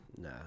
Nah